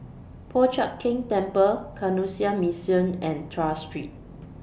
Po Chiak Keng Temple Canossian Mission and Tras Street